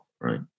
right